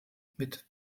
mit